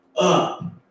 up